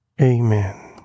Amen